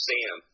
Sam